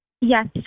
Yes